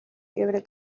fiebres